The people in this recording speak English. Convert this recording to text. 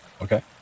Okay